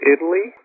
Italy